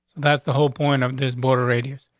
that's the whole point of this border radius.